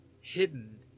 hidden